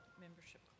membership